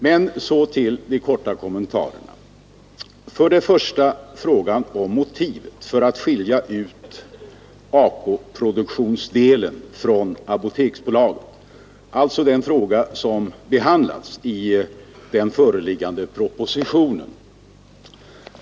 Men så till de korta kommentarerna, först beträffande frågan om motivet för att skilja ut ACO-produktionsdelen från Apoteksbolaget, alltså den fråga som behandlas i den föreliggande propositionen.